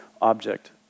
object